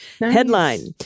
Headline